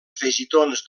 afegitons